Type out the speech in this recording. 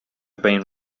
been